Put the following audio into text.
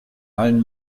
allen